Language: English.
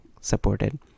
supported